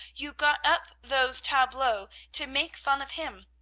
you got up those tableaux to make fun of him,